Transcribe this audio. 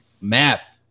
map